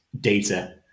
data